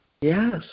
yes